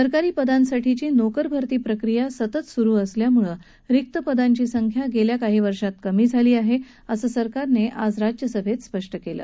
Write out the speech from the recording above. सरकारी पदांसाठीची नोकरभरतीची प्रक्रिया सतत सुरु असल्यामुळे रिक्त पदांची संख्या गेल्या काही वर्षात कमी झाली आहे असं सरकारने राज्यसभेत स्पष्ट केलं